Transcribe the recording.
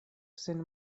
sen